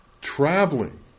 traveling